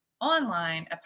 online